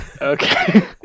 okay